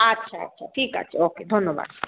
আচ্ছা আচ্ছা ঠিক আছে ওকে ধন্যবাদ